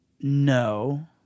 no